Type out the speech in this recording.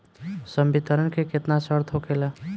संवितरण के केतना शर्त होखेला?